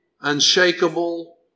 unshakable